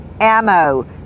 ammo